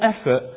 effort